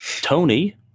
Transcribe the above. Tony